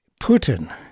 Putin